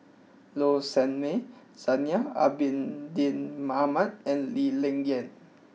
Low Sanmay Zainal Abidin Ahmad and Lee Ling Yen